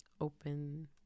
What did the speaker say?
open